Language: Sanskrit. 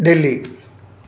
डेल्लि